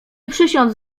przysiąc